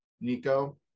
Nico